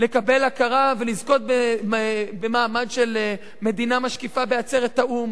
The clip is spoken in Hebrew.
לקבל הכרה ולזכות במעמד של מדינה משקיפה בעצרת האו"ם.